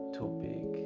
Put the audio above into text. topic